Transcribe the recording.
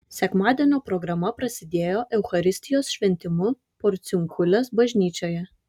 sekmadienio programa prasidėjo eucharistijos šventimu porciunkulės bažnyčioje